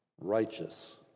righteous